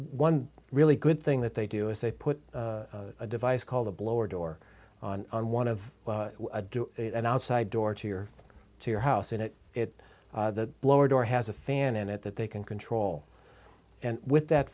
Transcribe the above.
one really good thing that they do is they put a device called a blower door on one of do an outside door to your to your house and it it the blower door has a fan in it that they can control and with that